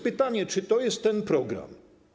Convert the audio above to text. Pytanie, czy to jest ten program.